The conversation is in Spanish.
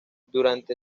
durante